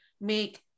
make